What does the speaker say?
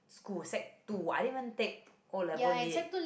school sec two I didn't even take O-level lit